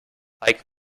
like